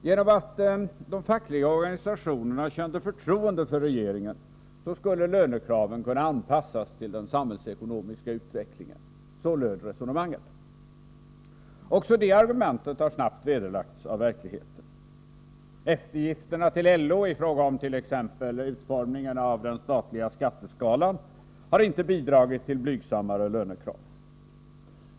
Genom att de fackliga organisationerna kände förtroende för regeringen skulle lönekraven kunna anpassas till den samhällsekonomiska utvecklingen — så löd resonemanget. Även det argumentet har snabbt vederlagts av verkligheten. Eftergifterna till LO i fråga om t.ex. utformningen av den statliga skatteskalan har inte bidragit till blygsammare lönekrav.